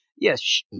yes